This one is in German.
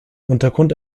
untergrund